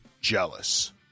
jealous